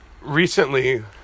recently